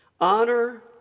Honor